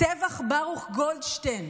טבח ברוך גולדשטיין,